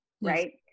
right